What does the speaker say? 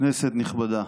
כנסת נכבדה,